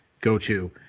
go-to